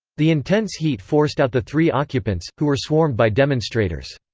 the intense heat forced out the three occupants, who were swarmed by demonstrators.